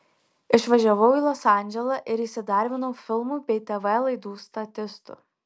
išvažiavau į los andželą ir įsidarbinau filmų bei tv laidų statistu